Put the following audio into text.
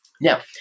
Now